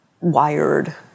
wired